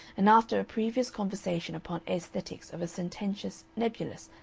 and after a previous conversation upon aesthetics of a sententious, nebulous,